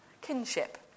Kinship